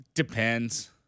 Depends